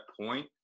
point